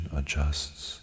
adjusts